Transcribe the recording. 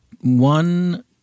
one